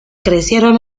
crecieron